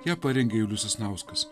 ją parengė julius sasnauskas